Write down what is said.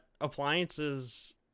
appliances